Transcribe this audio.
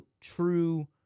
true